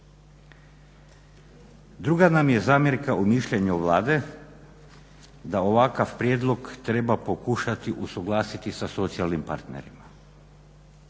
Druga nam je zamjerka o mišljenju Vlade da ovakav prijedlog treba pokušati usuglasiti sa socijalnim partnerima.